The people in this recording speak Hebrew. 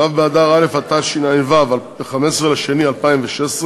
ו' באדר א' התשע"ו, 15 בפברואר 2016,